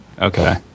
Okay